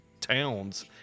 towns